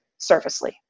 surfacely